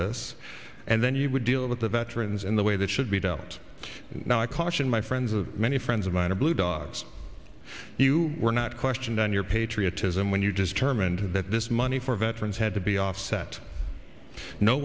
this and then you would deal with the veterans in the way that should be don't now i caution my friends of many friends of mine or blue dogs you were not questioned on your patriotism when you just turn and that this money for veterans had to be offset no